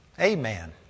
Amen